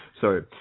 sorry